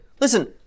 Listen